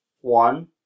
One